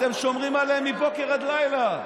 אתם שומרים עליהם מבוקר עד לילה.